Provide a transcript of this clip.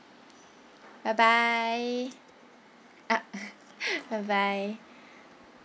bye bye uh bye bye